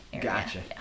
gotcha